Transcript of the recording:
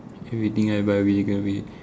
everything I buy will be taken away